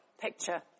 picture